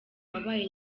wabaye